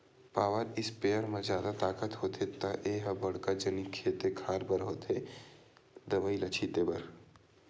power sprayer म जादा ताकत होथे त ए ह बड़का जनिक खेते खार बर बने होथे दवई ल छिते बर